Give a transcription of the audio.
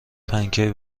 پنکه